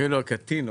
הוא לא היה קטין.